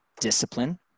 Discipline